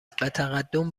تقدم